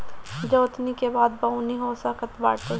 जोतनी के बादे बोअनी हो सकत बाटे